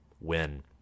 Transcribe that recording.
win